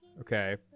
okay